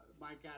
Mike